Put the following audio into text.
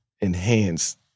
enhanced